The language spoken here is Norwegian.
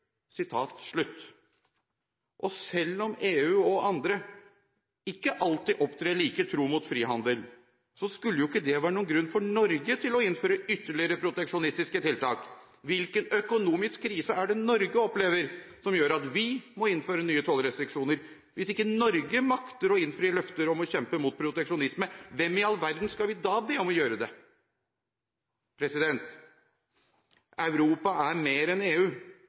Og selv om EU og andre ikke alltid opptrer like tro mot frihandel, skulle ikke det være noen grunn for Norge til å innføre ytterligere proteksjonistiske tiltak. Hvilken økonomisk krise er det Norge opplever som gjør at vi må innføre nye tollrestriksjoner? Hvis ikke Norge makter å innfri løfter om å kjempe mot proteksjonisme, hvem i all verden skal vi da be om å gjøre det? Europa er mer enn EU,